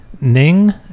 ning